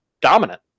dominant